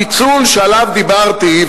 הפיצול שעליו דיברתי,